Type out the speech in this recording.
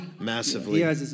Massively